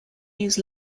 use